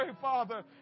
Father